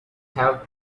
have